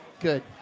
Good